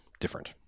different